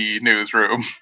newsroom